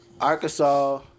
Arkansas